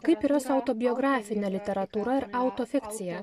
kaip yra su autobiografine literatūra ir autofikcija